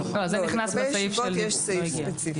לא, לגבי ישיבות יש סעיף ספציפי.